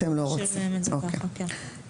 אתם לא רוצים, אוקיי.